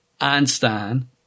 Einstein